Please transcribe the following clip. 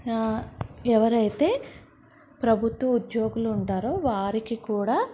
ఎవరైతే ప్రభుత్వ ఉద్యోగులు ఉంటారో వారికి కూడా